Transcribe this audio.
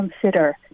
consider